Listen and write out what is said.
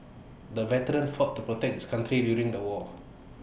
the veteran fought to protect his country during the war